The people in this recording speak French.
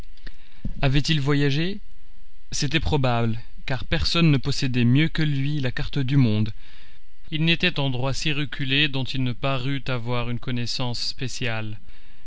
avait-il voyagé c'était probable car personne ne possédait mieux que lui la carte du monde il n'était endroit si reculé dont il ne parût avoir une connaissance spéciale